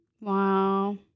Wow